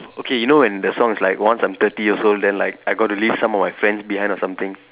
okay you know when the song is like once I'm thirty years old then like I got to leave some of my friends behind or something